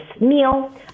meal